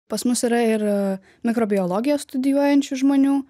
pas mus yra ir mikrobiologiją studijuojančių žmonių